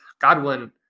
godwin